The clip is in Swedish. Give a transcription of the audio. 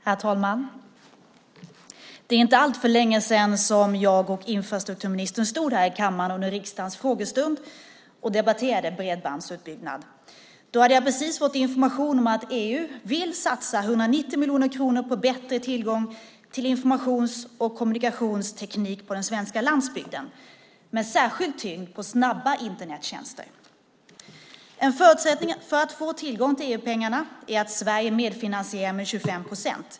Herr talman! För inte alltför länge sedan stod jag och infrastrukturministern här under riksdagens frågestund och debatterade bredbandsutbyggnaden. Då hade jag precis fått information om att EU vill satsa 190 miljoner kronor på en bättre tillgång till informations och kommunikationsteknik på den svenska landsbygden, med särskild tyngd på snabba Internettjänster. En förutsättning för att få tillgång till EU-pengarna är att Sverige medfinansierar - det gäller 25 procent.